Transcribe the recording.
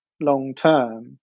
long-term